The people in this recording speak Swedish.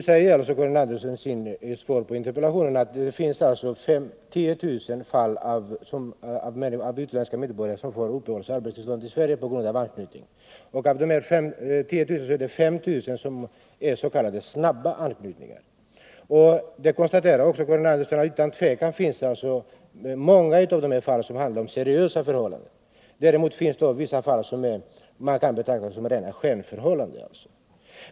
Herr talman! Karin Andersson säger i sitt svar att det är 10 000 utländska medborgare som får uppehållsoch arbetstillstånd i Sverige på grund av familjeanknytning. Av dessa 10000 är det 5000 som är s.k. snabba anknytningar. Karin Andersson konstaterar också att det i många av dessa fall är fråga om seriösa förhållanden. Det finns också vissa fall som man kan betrakta som rena skenförhållanden.